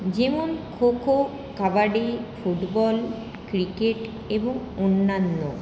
যেমন kho kho kabaddi football cricket এবং অন্যান্য